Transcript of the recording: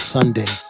Sunday